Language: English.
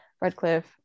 Redcliffe